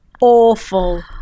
Awful